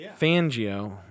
Fangio